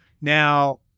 Now